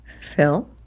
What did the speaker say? Phil